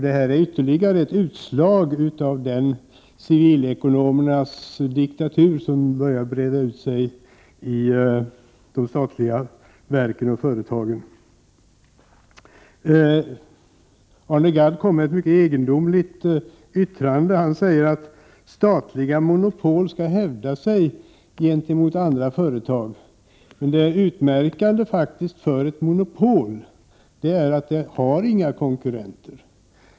Detta är ytterligare ett utslag av den civilekonomernas diktatur som börjar breda ut sig i de statliga verken och företagen. Arne Gadd kom med ett mycket egendomligt yttrande. Han sade att statliga monopol skall hävda sig gentemot andra företag. Men det utmärkande för ett monopol är att det inte har några konkurrenter.